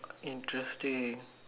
interesting